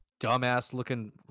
dumbass-looking